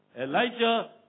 Elijah